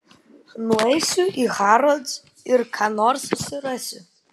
nueisiu į harrods ir ką nors susirasiu